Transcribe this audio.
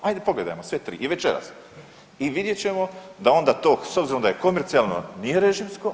Ajde pogledajmo sve tri i večeras i vidjet ćemo da onda to s obzirom da je komercijalno nije režimsko.